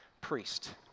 priest